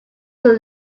his